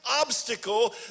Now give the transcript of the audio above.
obstacle